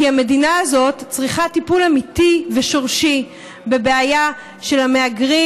כי המדינה הזאת צריכה טיפול אמיתי ושורשי בבעיה של המהגרים,